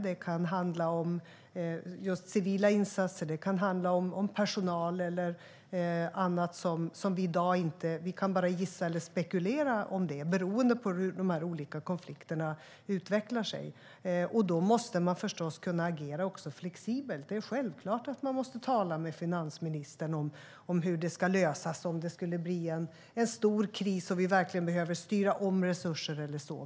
Det kan handla om civila insatser, personal eller annat. Vi kan i dag bara gissa eller spekulera om det, beroende på hur de här olika konflikterna utvecklar sig. Vi måste också kunna agera flexibelt. Det är självklart att vi måste tala med finansministern om hur det ska lösas om det skulle bli en stor kris och vi verkligen behöver styra om resurser eller så.